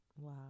wow